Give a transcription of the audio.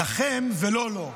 לכם, ולא לו".